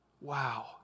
Wow